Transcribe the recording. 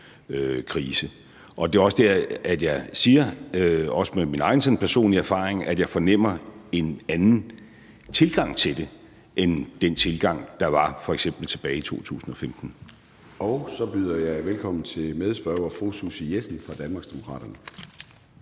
asylkrise. Det er også der, jeg siger, også med min egen personlige erfaring, at jeg fornemmer en anden tilgang til det end den tilgang, der var f.eks. tilbage i 2015. Kl. 13:07 Formanden (Søren Gade): Så byder jeg velkommen til medspørger fru Susie Jessen fra Danmarksdemokraterne.